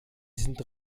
sind